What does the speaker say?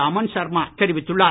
அமன் ஷர்மா தெரிவித்துள்ளார்